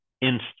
instant